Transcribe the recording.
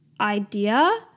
idea